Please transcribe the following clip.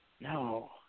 No